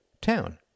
town